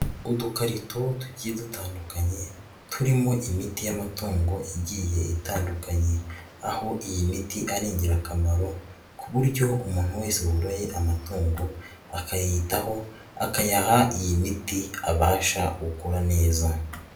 Udukarito tugiye dutandukanye ,turimo imiti y'amatungo igiye itandukanye ,aho iyi miti ari ingirakamaro ku buryo umuntu wese woroye amatungo akayitaho akayaha iyi miti ,abasha gukura neza.